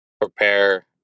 prepare